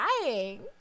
dying